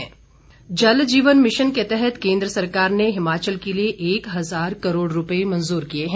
Mahendra Singh Jal Jeevan mission के तहत केन्द्र सरकार ने हिमाचल के लिए एक हजार करोड़ रूपए मंजूर किए हैं